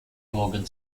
organ